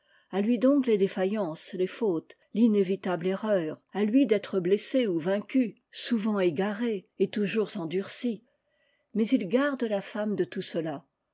à lui donc les défaillances les fautes l'inévitable erreur à lui d'être blessé ou vaincu souvent égandurci ma s il garde a femme de ré et toujours endurci mais il garde la femme de tout cela